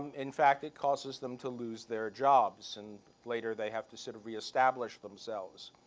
in fact, it causes them to lose their jobs. and later, they have to sort of re-establish themselves.